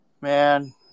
Man